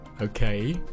Okay